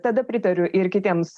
tada pritariu ir kitiems